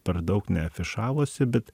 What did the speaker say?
per daug neafišavosi bet